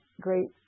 great